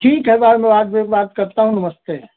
ठीक है मैं बाद में बात करता हूँ नमस्ते